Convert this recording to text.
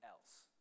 else